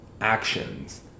actions